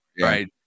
right